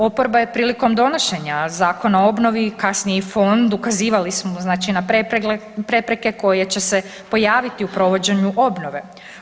Oporba je prilikom donošenja Zakona o obnovi, kasnije i fond ukazivali smo znači prepreke koje će se pojaviti u provođenju obnove.